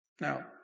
Now